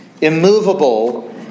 immovable